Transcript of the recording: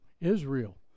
Israel